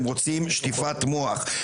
הם רוצים שטיפת מוח.